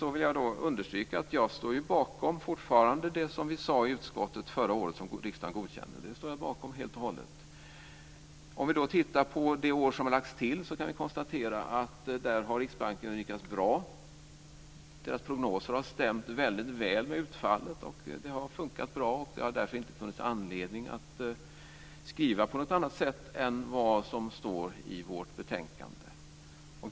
Jag vill då understryka att jag fortfarande står bakom det som vi sade i utskottet förra året och som riksdagen godkände. Det står jag bakom helt och hållet. Om vi då tittar på det år som har lagts till kan vi konstatera att Riksbanken där har lyckats bra. Riksbankens prognoser har stämt väldigt väl med utfallet, och det har fungerat bra, och det har därför inte funnits anledning att skriva på något annat sätt än vad som står i vårt betänkande.